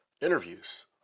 interviews